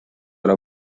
ole